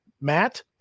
Matt